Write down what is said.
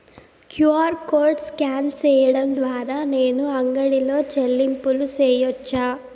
QR code scan సేయడం ద్వారా నేను అంగడి లో చెల్లింపులు సేయొచ్చా?